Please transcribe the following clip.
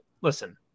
listen